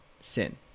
sin